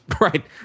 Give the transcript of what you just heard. Right